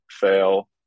fail